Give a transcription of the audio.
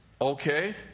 okay